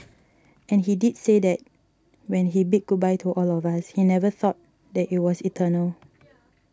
and he did say that when he bid goodbye to all of us he never thought that it was eternal